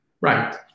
right